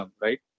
right